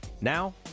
Now